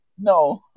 No